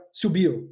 subiu